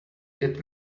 get